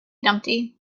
dumpty